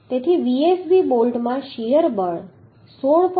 તેથી Vsb બોલ્ટમાં shear બળ 16